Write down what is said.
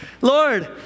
Lord